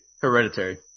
Hereditary